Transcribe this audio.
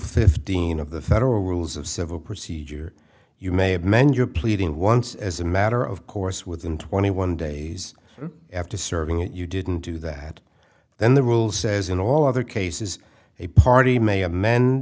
fifteen of the federal rules of civil procedure you may have meant your pleading once as a matter of course within twenty one days after serving it you didn't do that then the rule says in all other cases a party may amen